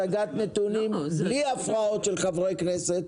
10 דקות הצגת נתונים בלי הפרעות של חברי הכנסת.